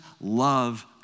love